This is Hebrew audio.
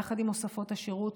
יחד עם הוספות בשירות,